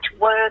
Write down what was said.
work